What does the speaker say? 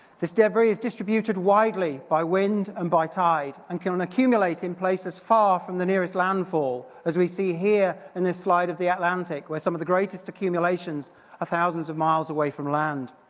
this debris is distributed widely by wind and by tide and can accumulate in places far from the nearest landfall, as we see here, in this slide of the atlantic, where some of the greatest accumulations are ah thousands of miles away from land.